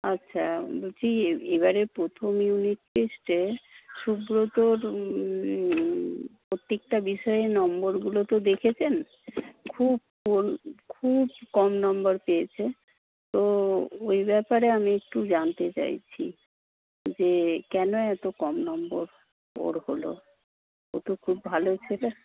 আচ্ছা বলছি এবারে প্রথম ইউনিট টেস্টে সুব্রতর প্রত্যেকটা বিষয়ে নম্বরগুলো তো দেখেছেন খুব কম খুব কম নম্বর পেয়েছে তো এই ব্যাপারে আমি একটু জানতে চাইছি যে কেন এতো কম নম্বর ওর হলো ও তো খুব ভালো ছেলে